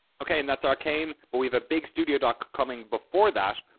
ok, and that's arkane. but we have a big studio doc coming before that.